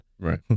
Right